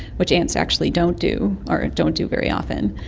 which ants actually don't do or don't do very often,